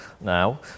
now